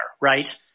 right